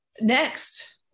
next